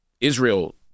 Israel